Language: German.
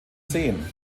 seen